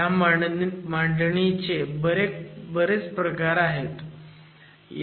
ह्या मांडणी चे बरेच प्रकार आहेत